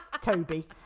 Toby